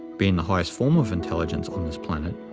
being the highest form of intelligence on this planet,